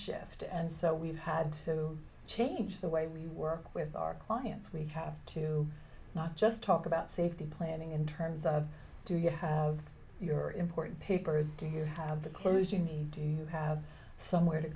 shift and so we've had to change the way we work with our clients we have to not just talk about safety planning in terms of do you have your important papers do you have the clues you need do you have somewhere to